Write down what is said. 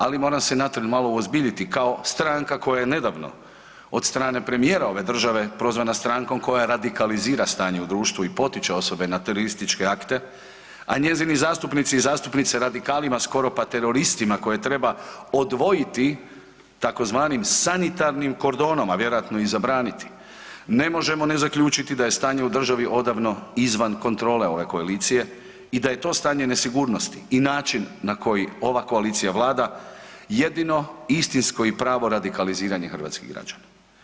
Ali, moram se na tren malo uozbiljiti kao stranka koja je nedavno od strane premijerove države prozvana strankom koja radikalizira stanje u društvu i potiče osobe na terorističke akte, a njezini zastupnici i zastupnice radikalima, skoro pa teroristima koje treba odvojiti tzv. sanitarnim kordonom, a vjerojatno i zabraniti, ne možemo ne zaključiti da je stanje u državi odavno izvan kontrole ove koalicije i da je to stanje nesigurnosti i način na koji ova koalicija Vlada, jedino istinsko i pravo radikaliziranje hrvatskih građana.